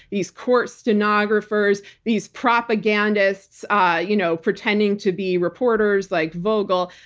these court stenographers, these propagandists ah you know pretending to be reporters, like vogel.